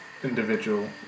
Individual